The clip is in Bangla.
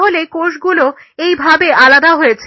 তাহলে কোষগুলো এইভাবে আলাদা হয়েছে